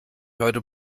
heute